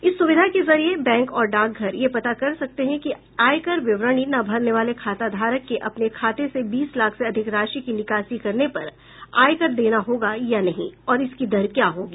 इस सुविधा के जरिए बैंक और डाकघर यह पता कर सकते हैं कि आयकर विवरणी न भरने वाले खाताधारक के अपने खाते से बीस लाख से अधिक राशि की निकासी करने पर आयकर देना होगा या नहीं और इसकी दर क्या होगी